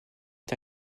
est